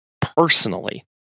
personally